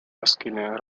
masculins